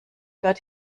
dort